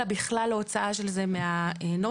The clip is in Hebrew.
אלא בכלל להוצאה של זה מהנוסח.